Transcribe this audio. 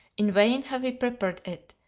in vain have we peppered it,